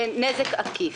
ונזק עקיף.